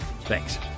Thanks